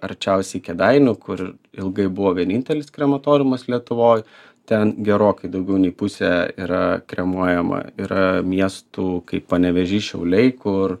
arčiausiai kėdainių kur ilgai buvo vienintelis krematoriumas lietuvoj ten gerokai daugiau nei pusė yra kremuojama yra miestų kaip panevėžys šiauliai kur